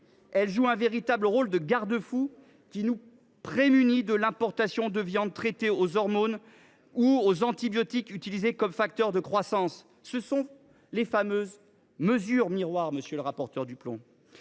Elles jouent un véritable rôle de garde fous, nous prémunissant contre l’importation de viande traitée aux hormones ou aux antibiotiques utilisés comme facteurs de croissance. Ce sont les fameuses mesures miroirs, monsieur le rapporteur pour